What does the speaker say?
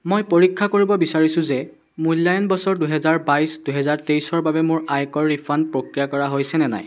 মই পৰীক্ষা কৰিব বিচাৰিছোঁ যে মূল্যায়ন বছৰ দুহেজাৰ বাইছ দুহেজাৰ তেইছৰ বাবে মোৰ আয়কৰ ৰিফাণ্ড প্ৰক্ৰিয়া কৰা হৈছেনে নাই